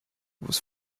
was